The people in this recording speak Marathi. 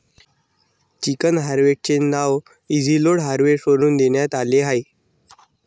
चिकन हार्वेस्टर चे नाव इझीलोड हार्वेस्टर वरून देण्यात आले आहे